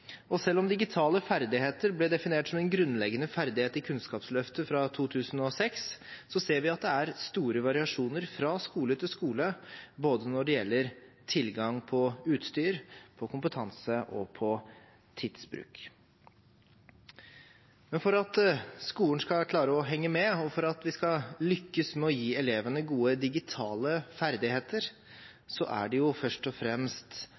Og selv om digitale ferdigheter ble definert som en grunnleggende ferdighet i Kunnskapsløftet fra 2006, ser vi at det er store variasjoner fra skole til skole når det gjelder både tilgang på utstyr, kompetanse og tidsbruk. For at skolen skal klare å henge med, og for at vi skal lykkes med å gi elevene gode digitale ferdigheter, er det først og fremst